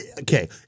Okay